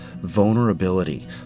vulnerability